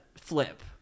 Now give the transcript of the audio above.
flip